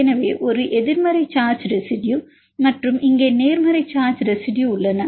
எனவே ஒரு எதிர்மறை சார்ஜ் ரெசிடுயு மற்றும் இங்கே நேர்மறை சார்ஜ் ரெசிடுயு உள்ளன